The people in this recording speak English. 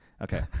Okay